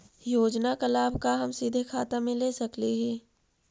योजना का लाभ का हम सीधे खाता में ले सकली ही?